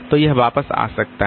तो यह वापस आ सकता है